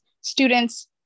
students